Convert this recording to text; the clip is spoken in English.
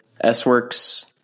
s-works